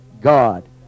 god